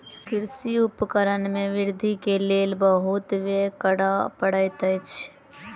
कृषि उपकरण में वृद्धि के लेल बहुत व्यय करअ पड़ैत अछि